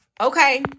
okay